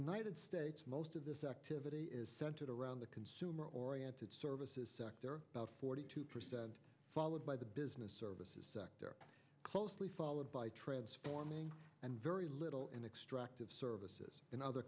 united states most of this activity is centered around the consumer oriented services sector about forty two percent followed by the business services sector closely followed by transforming and very little in extractive services in other